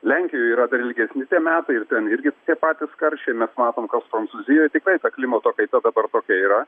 lenkijoj yra dar ilgesni tie metai ir ten irgi patys karščiai ir mes matom kas prancūzijoj tikrai ta klimato kaita dabar tokia yra